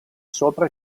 sopra